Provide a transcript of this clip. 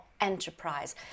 enterprise